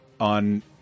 on